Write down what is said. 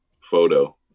photo